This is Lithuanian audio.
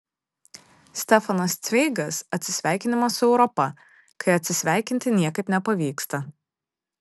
stefanas cveigas atsisveikinimas su europa kai atsisveikinti niekaip nepavyksta